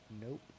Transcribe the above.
Nope